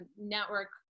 network